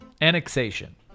Annexation